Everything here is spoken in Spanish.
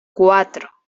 cuatro